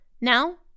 Now